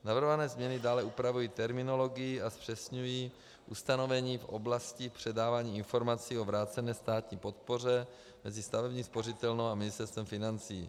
Navrhované změny dále upravují terminologii a zpřesňují ustanovení v oblasti předávání informací o vrácené státní podpoře mezi stavební spořitelnou a Ministerstvem financí.